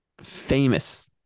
famous